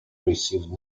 received